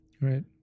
Right